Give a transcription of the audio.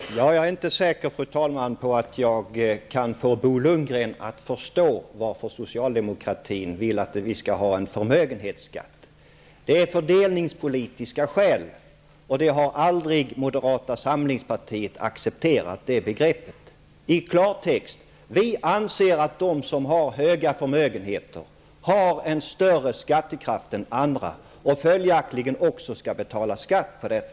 Fru talman! Jag är inte säker på att jag kan få Bo Lundgren att förstå varför socialdemokratin vill att vi skall ha en förmögenhetsskatt. Det är av fördelningspolitiska skäl, och det begreppet har aldrig moderata samlingspartiet accepterat. I klartext: Vi anser att de som har stora förmögenheter har en större skattekraft än andra och följaktligen också skall betala skatt därefter.